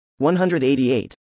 188